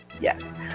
Yes